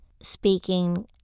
Speaking